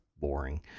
boring